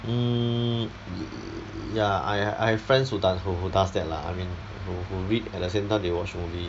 mm ya lah I have I have friends who does who does that lah I mean who who read at the same time they watch movie